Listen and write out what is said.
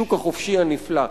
השוק החופשי הנפלא.